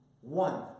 One